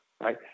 right